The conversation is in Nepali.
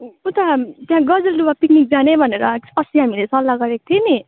उता त्यहाँ गजलडुबा पिकनिक जाने भनेर अस्ति हामीले सल्लाह गरेको थियौँ नि